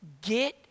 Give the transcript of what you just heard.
Get